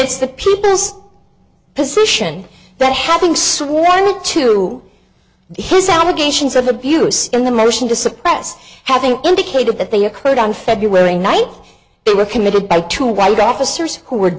it's the people position that having suleiman to his allegations of abuse in the motion to suppress having indicated that they occurred on february night they were committed by two white officers who were